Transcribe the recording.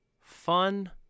Fun